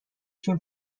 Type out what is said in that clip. شیم